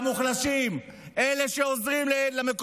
אלה שעוזרים למוחלשים,